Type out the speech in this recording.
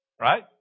Right